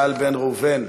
איל בן ראובן,